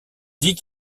dit